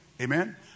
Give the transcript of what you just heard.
Amen